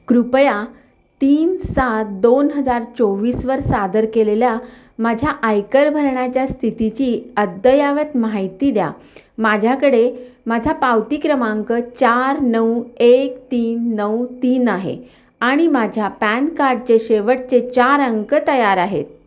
कृपया तीन सात दोन हजार चोवीसवर सादर केलेल्या माझ्या आयकर भरण्याच्या स्थितीची अद्ययावत माहिती द्या माझ्याकडे माझा पावती क्रमांक चार नऊ एक तीन नऊ तीन आहे आणि माझ्या पॅन कार्डचे शेवटचे चार अंक तयार आहेत